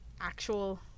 actual